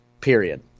Period